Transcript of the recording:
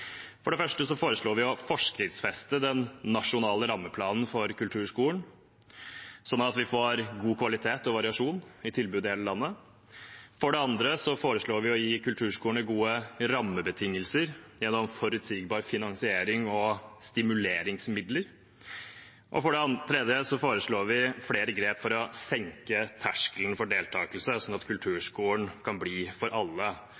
For det første foreslår vi å forskriftsfeste en nasjonal rammeplan for kulturskolen, sånn at vi får god kvalitet og variasjon i tilbud i hele landet. For det andre foreslår vi å gi kulturskolene gode rammebetingelser gjennom forutsigbar finansering og stimuleringsmidler. Og for det tredje foreslår vi flere grep for å senke terskelen for deltakelse, sånn at kulturskolen kan bli for alle